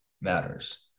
matters